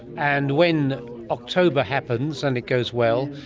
and when october happens and it goes well,